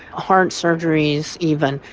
heart surgeries even,